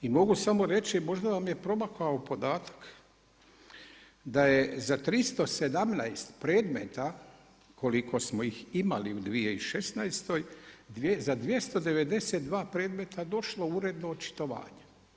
I mogu samo reći možda vam je promakao podatak da je za 317 predmeta koliko smo ih imali u 2016. za 292 predmeta došlo uredno očitovanje.